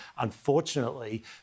unfortunately